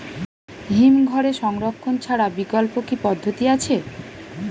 হিমঘরে সংরক্ষণ ছাড়া বিকল্প কি পদ্ধতি আছে?